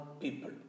people